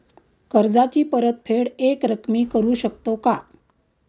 कर्जाची परतफेड एकरकमी करू शकतो का?